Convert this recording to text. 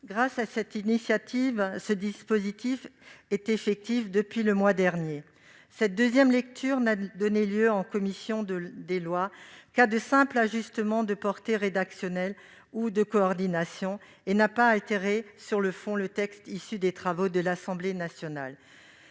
Grâce à cette initiative, ce dispositif est effectif depuis le mois dernier. La deuxième lecture n'a donné lieu en commission des lois qu'à de simples ajustements de portée rédactionnelle ou de coordination, et n'a pas altéré sur le fond le texte issu des travaux de l'Assemblée nationale.